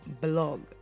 Blog